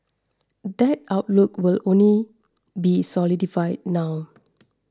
that outlook will only be solidified now